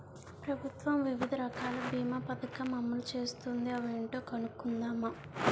ప్రభుత్వం వివిధ రకాల బీమా పదకం అమలు చేస్తోంది అవేంటో కనుక్కుందామా?